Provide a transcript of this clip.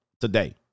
today